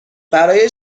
برای